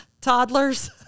toddlers